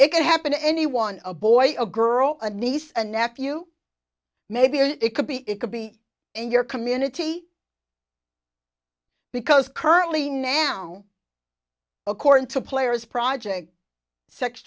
could happen to anyone a boy or girl a niece and nephew maybe it could be it could be in your community because currently now according to players project s